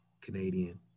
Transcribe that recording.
Canadian